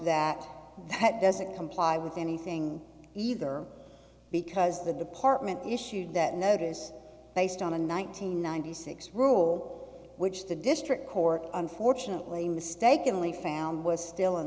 that that doesn't comply with anything either because the department issued that notice based on a nine hundred ninety six rule which the district court unfortunately mistakenly found was still in